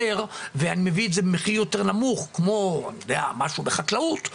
ואני מביא את זה במחיר יותר נמוך כמו משהו שקשור בחקלאות,